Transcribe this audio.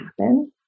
happen